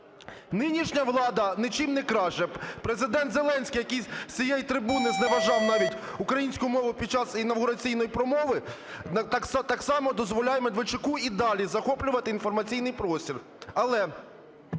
Нинішня влада нічим не краща. Президент Зеленський, який з цієї трибуни зневажав навіть українську мову під час інавгураційної промови, так само дозволяє Медведчуку і далі захоплювати інформаційний простір.